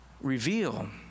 reveal